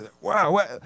Wow